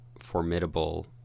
formidable